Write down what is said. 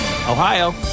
Ohio